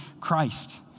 Christ